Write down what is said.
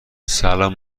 سلام